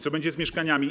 Co będzie z mieszkaniami?